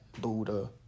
Buddha